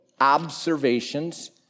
observations